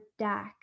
dac